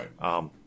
Right